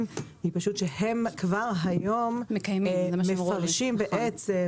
היא שהם כבר היום מפרשים כך בעצם,